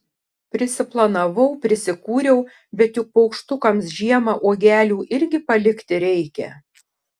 prisiplanavau prisikūriau bet juk paukštukams žiemą uogelių irgi palikti reikia